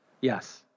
Yes